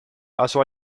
pasó